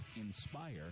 INSPIRE